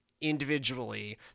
individually